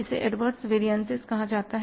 इसे एडवरस वेरियनसिसकहा जाता है